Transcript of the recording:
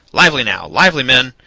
lively, now, lively, men!